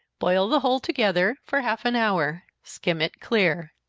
boil the whole together for half an hour, skim it clear.